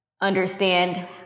understand